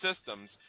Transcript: systems